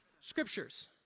scriptures